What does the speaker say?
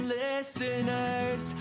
listeners